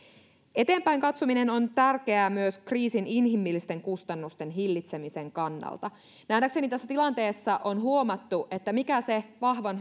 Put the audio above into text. eteenpäin katsominen on tärkeää myös kriisin inhimillisten kustannusten hillitsemisen kannalta nähdäkseni tässä tilanteessa on huomattu mikä vahvan